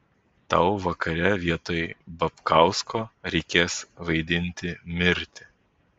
tau vakare vietoj babkausko reikės vaidinti mirtį